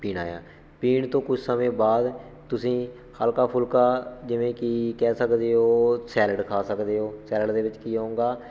ਪੀਣਾ ਹੈ ਪੀਣ ਤੋਂ ਕੁਛ ਸਮੇਂ ਬਾਅਦ ਤੁਸੀਂ ਹਲਕਾ ਫੁਲਕਾ ਜਿਵੇਂ ਕਿ ਕਹਿ ਸਕਦੇ ਹੋ ਸੈਲਡ ਖਾ ਸਕਦੇ ਹੋ ਸੈਲਡ ਦੇ ਵਿੱਚ ਕੀ ਹੋਉਂਗਾ